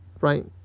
right